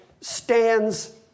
stands